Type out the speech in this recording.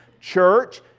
church